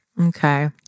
Okay